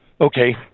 okay